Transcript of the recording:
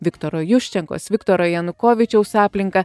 viktoro juščenkos viktoro janukovyčiaus aplinką